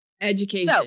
Education